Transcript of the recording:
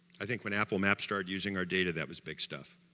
i think when apple maps started using our data that was big stuff